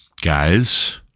guys